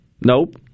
Nope